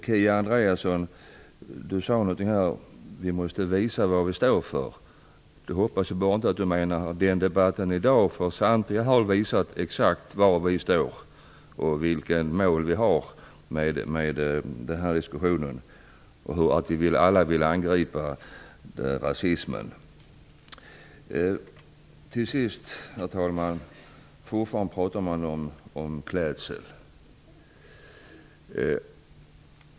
Kia Andreasson sa att vi måste visa var vi står. Då hoppas jag att hon inte bara tänker på den debatt vi haft i dag, för samtliga av oss har visat exakt var vi står, vilka mål vi har med den här diskussionen och att vi alla vill angripa rasismen. Herr talman! Fortfarande talar man om klädsel.